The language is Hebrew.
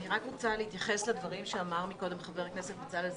רק רוצה להתייחס לדברים שאמר קודם חבר הכנסת בצלאל סמוטריץ'.